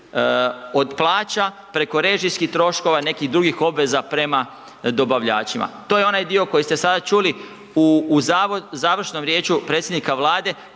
od plaća preko režijskih troškova i nekih drugih obveza prema dobavljačima. To je onaj dio koji ste sada čuli u, u završnom riječju predsjednika Vlade